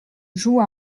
joue